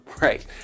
right